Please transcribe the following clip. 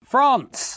France